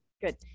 good